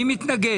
מי מתנגד?